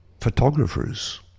photographers